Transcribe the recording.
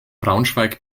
braunschweig